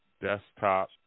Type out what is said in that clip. desktop